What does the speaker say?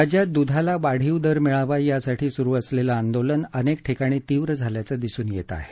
राज्यात दुधाला वाढीव दर मिळावा यासाठी सुरु असलेलं आंदोलन अनेक ठिकाणी तीव्र झाल्याचं दिसून येत आहे